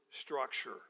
structure